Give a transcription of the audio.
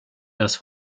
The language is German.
das